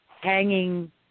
hanging